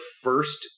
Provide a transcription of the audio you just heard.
first